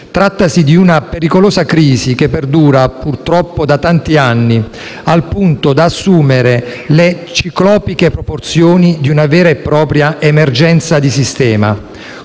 Trattasi di una pericolosa crisi, che perdura purtroppo da tanti anni, al punto da assumere le ciclopiche proporzioni di una vera e propria emergenza di sistema,